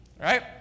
right